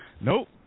Nope